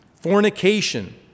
Fornication